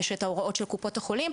יש את ההוראות של קופות החולים,